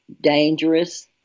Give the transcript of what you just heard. dangerous